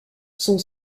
son